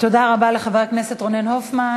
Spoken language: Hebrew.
תודה רבה לחבר הכנסת רונן הופמן.